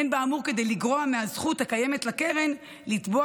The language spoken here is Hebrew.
אין באמור כדי לגרוע מהזכות הקיימת לקרן לתבוע